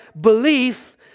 belief